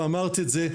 ואמרת את זה,